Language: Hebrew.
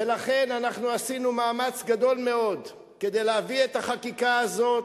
ולכן אנחנו עשינו מאמץ גדול מאוד כדי להביא את החקיקה הזאת,